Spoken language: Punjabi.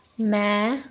ਮੈਂ